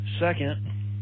Second